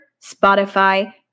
Spotify